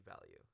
value